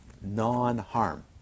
non-harm